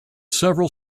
several